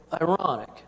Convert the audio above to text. ironic